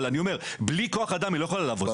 אבל אני אומר שבלי כוח אדם היא לא יכולה לעבוד.